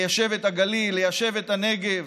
ליישב את הגליל, ליישב את הנגב,